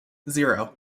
zero